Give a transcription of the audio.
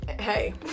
hey